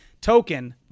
Token